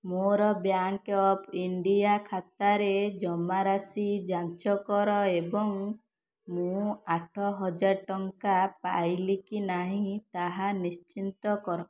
ମୋର Bank of India ଖାତାରେ ଜମାରାଶି ଯାଞ୍ଚ୍ କର ଏବଂ ମୁଁ ଆଠହଜାର ଟଙ୍କା ପାଇଲି କି ନାହିଁ ତାହା ନିଶ୍ଚିନ୍ତ କର